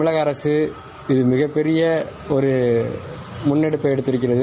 தமிழக அரசு இது மிகப்பெரிய முன்னெடுப்பை எடுத்திருக்கிறது